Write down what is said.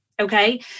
Okay